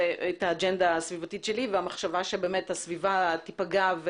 האג'נדה הסביבתית שלי ואת המחשבה שבאמת הסביבה תיפגע,